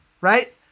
Right